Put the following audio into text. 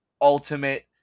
ultimate